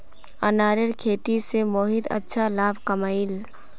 अनारेर खेती स मोहित अच्छा लाभ कमइ ले